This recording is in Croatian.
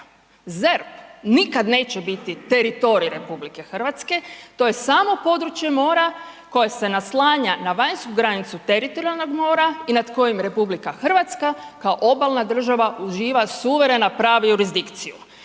ZERP nikada neće biti teritorij Republike Hrvatske. To je samo područje mora koje se naslanja na vanjsku granicu teritorijalnog mora i nad kojim Republika Hrvatska država kao obalna država uživa suverena pravnu jurisdikciju.